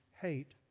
hate